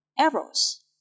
errors